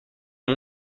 mon